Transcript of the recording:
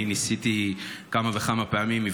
אני ניסיתי כמה וכמה פעמים.